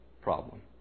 problem